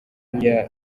mahia